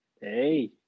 Hey